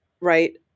right